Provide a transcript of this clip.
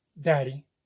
Daddy